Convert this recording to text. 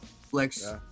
flex